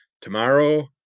Tomorrow